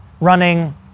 running